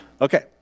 Okay